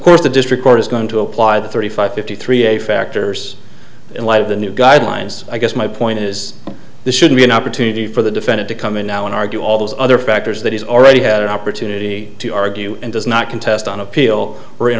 course the district court is going to apply the thirty five fifty three a factors in light of the new guidelines i guess my point is this should be an opportunity for the defendant to come in now and argue all those other factors that he's already had an opportunity to argue and does not contest on a